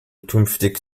künftig